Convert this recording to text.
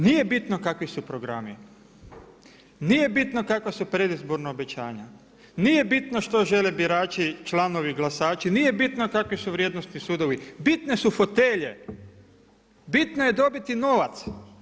Nije bitno kakvi su programi, nije bitno kakva su predizborna obećanja, nije bitno što žele birači, članovi, glasaći, nije bitno kakve su vrijednosti sudovi, bitne su fotelje, bitno je dobiti novac.